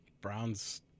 Browns